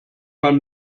man